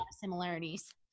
similarities